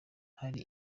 hari